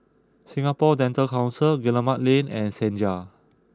Singapore Dental Council Guillemard Lane and Senja